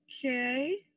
Okay